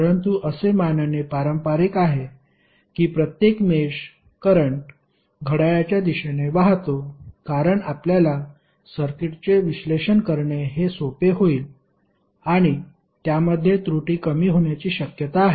परंतु असे मानणे पारंपारिक आहे की प्रत्येक मेष करंट घड्याळाच्या दिशेने वाहतो कारण आपल्याला सर्किटचे विश्लेषण करणे हे सोपे होईल आणि त्यामध्ये त्रुटी कमी होण्याची शक्यता आहे